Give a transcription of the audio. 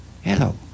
Hello